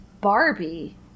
Barbie